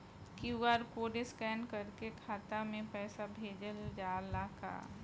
QR code scan करके खाता में पैसा भेजल जाला का?